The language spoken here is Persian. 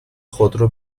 خودرو